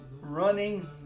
running